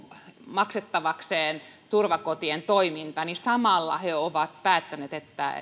maksettavakseen turvakotien toiminnan niin samalla se on päättänyt että